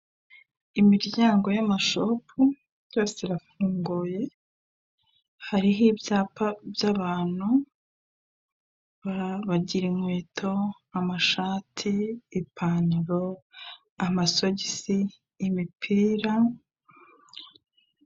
Imiryango y'amashupu yose irafunguye hariho ibyapa by'abantu. Bagira inkweto, amashati, ipantaro, amasogisi, imipira.